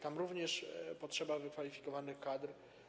Tam również potrzeba wykwalifikowanych kadr.